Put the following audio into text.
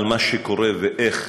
על מה שקורה ואיך